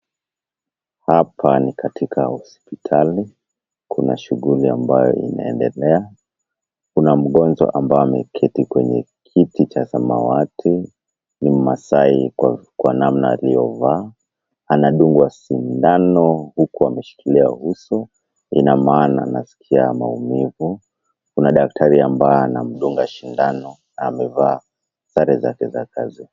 Hapa ni katika hospitali. Kuna shughuli ambayo inaendelea. Kuna mgonjwa ambaye ameketi kwenye kiti cha samawati. Ni masai kwa namna aliyovaa. Anadungwa sindano huku ameshikilia uso. Ina maana anasikia maumivu. Kuna daktari ambaye anamdunga sindano amevaa sare zake za kazi.